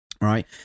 right